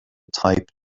type